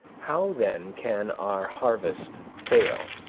how, then, can our harvest fail?